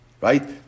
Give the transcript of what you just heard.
right